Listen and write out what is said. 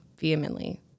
vehemently